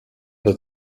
seit